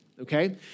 Okay